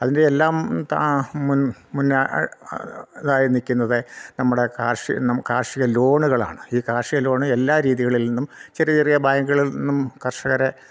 അതിൻ്റെ എല്ലാം ഇതായി നിൽക്കുന്നത് നമ്മുടെ കാർഷിക കാർഷിക ലോണുകളാണ് ഈ കാർഷിക ലോണ് എല്ലാ രീതികളിൽ നിന്നും ചെറിയ ചെറിയ ബാങ്കുകളിൽ നിന്നും കർഷകരെ